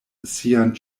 sian